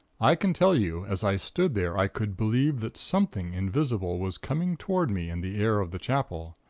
i can tell you, as i stood there, i could believe that something invisible was coming toward me in the air of the chapel.